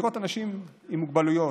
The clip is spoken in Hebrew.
לראות אנשים עם מוגבלויות,